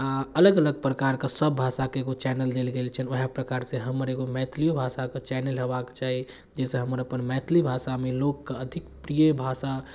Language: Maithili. आ अलग अलग प्रकारके सब भाषाके एगो चैनल देल गेल छनि वएह प्रकारसँ हमर एगो मैथिलियो भाषाके चैनल होयबाक चाही जाहि सँ हमर अपन मैथिली भाषामे लोकके अधिक प्रिय भाषा